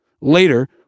Later